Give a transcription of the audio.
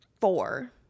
four